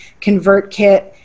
ConvertKit